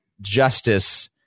justice